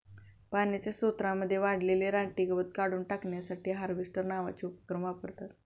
पाण्याच्या स्त्रोतांमध्ये वाढलेले रानटी गवत काढून टाकण्यासाठी हार्वेस्टर नावाचे उपकरण वापरतात